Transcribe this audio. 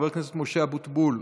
חבר הכנסת משה אבוטבול,